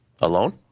Alone